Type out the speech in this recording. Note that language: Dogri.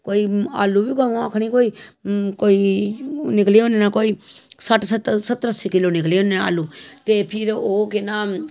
कोई आलू बी अ'ऊं आखनी कोई कोई निकले होने न कोई सट्ठ सत्तर अस्सी किलो निकले होने न आलू ते फिर ओह् केह् नां